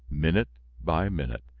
minute by minute,